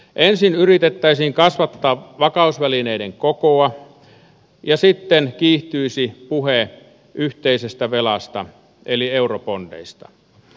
ensin yritettäisiin kasvattaa vakausvälineiden kokoa ja sitten kiihtyisi puhe yhteisestä velasta eli eurobondeista